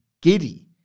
giddy